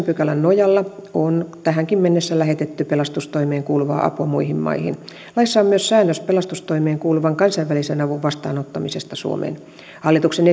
pykälän nojalla on tähänkin mennessä lähetetty pelastustoimeen kuuluvaa apua muihin maihin laissa on myös säännös pelastustoimeen kuuluvan kansainvälisen avun vastaanottamisesta suomeen hallituksen